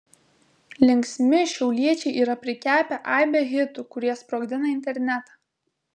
linksmi šiauliečiai yra prikepę aibę hitų kurie sprogdina internetą